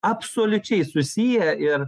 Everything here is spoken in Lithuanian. absoliučiai susiję ir